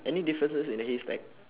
any differences in the haystack